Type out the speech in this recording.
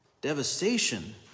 devastation